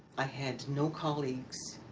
i had no colleagues